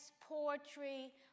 poetry